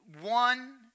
one